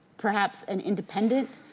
perhaps an independent